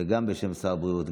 וגם בשם שר הבריאות,